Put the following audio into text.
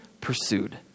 pursued